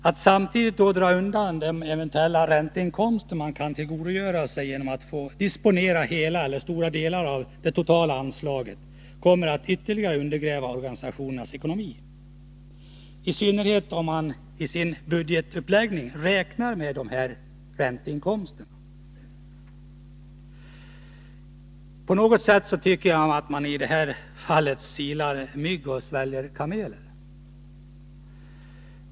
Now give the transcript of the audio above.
Att samtidigt dra undan de eventuella ränteinkomster som man kan tillgodogöra sig genom att man får disponera stora delar av det totala anslaget kommer att ytterligare undergräva organisationernas ekonomi, i synnerhet om man i sin budgetuppläggning har räknat med dessa ränteinkomster. På något sätt tycker jag att man i detta fall silar mygg och sväljer kameler.